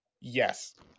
Yes